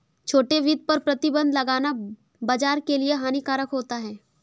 छोटे वित्त पर प्रतिबन्ध लगाना बाज़ार के लिए हानिकारक होता है